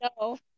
no